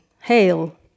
hail